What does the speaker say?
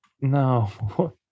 no